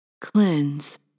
cleanse